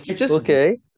Okay